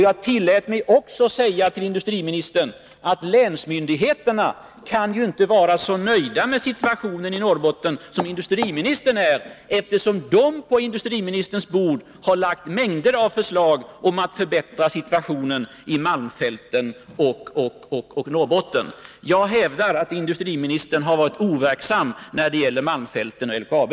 Jag tillät mig också att säga till industriministern att länsmyndigheterna inte kan vara så nöjda med situationen i Norrbotten som industriministern är, eftersom de på industriministerns bord har lagt mängder av förslag till förbättringar av situationen i malmfälten och i Norrbotten. Jag hävdar att industriministern har varit overksam när det gäller malmfälten och LKAB.